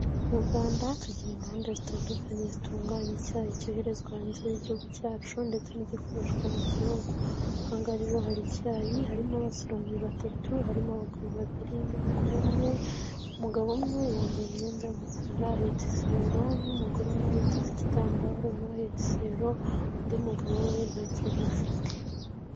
Mu Rwanda tugira inganda zitandukanye zitunganya icyayi cyoherezwa hanze y'igihugu cyacu ndetse n'igikoreshwa mu gihugu. Aha ngaha rero hari icyayi harimo abasoromyi batatu, harimo abagabo babiri n'umugore umwe. Umugabo umwe yambaye imyenda y'umukara ahetse isero n'umugore we yiteze igitambaro nawe ahetse isero undi mugabo we nta kintu afite.